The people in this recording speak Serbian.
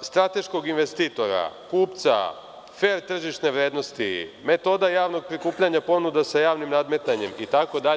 strateškog investitora, kupca, fer tržišne vrednosti, metoda javnog prikupljanja ponuda sa javnim nadmetanjem itd?